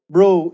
Bro